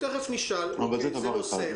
זה דבר אחד.